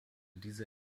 diese